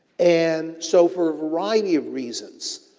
and so, for a variety of reasons,